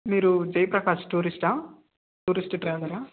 మీరు జయప్రకాష్ టూరిస్టా టూరిస్ట్ ట్రావెలా